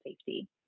safety